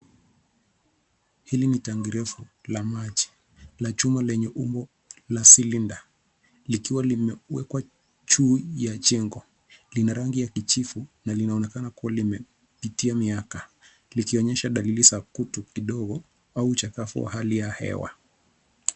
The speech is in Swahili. Hili ni tanki refu la maji la chuma lenye umbo la silinda likiwa limewekwa juu ya jengo. Lina rangi ya kijivu na linaonekana kuwa limepitia miaka likionyesha dalili za kutu kidogo au uchakavu wa hali ya hewa.